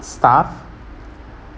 staff